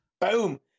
Boom